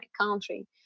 country